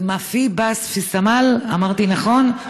אז: (אומרת בערבית ומתרגמת:) אמרתי נכון?